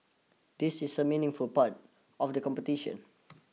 this is a meaningful part of the competition